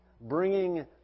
bringing